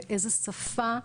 באיזו שפה,